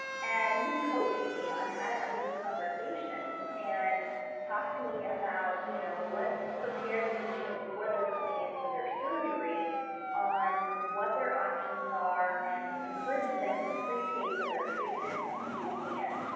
and he coached me on how to have these conversations and talk to me about, you know, let's prepare the patient before they're coming in for their surgery on what their options are and encourage them to prepay for their treatment if we can.